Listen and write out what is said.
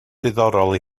diddorol